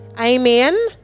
Amen